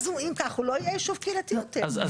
אז אם כך הוא לא יהיה יישוב קהילתי יותר.